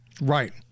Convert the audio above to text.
Right